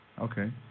Okay